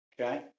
Okay